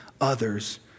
others